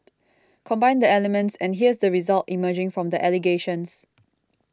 combine the elements and here's the result emerging from the allegations